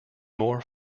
more